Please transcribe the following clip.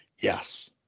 Yes